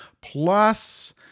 Plus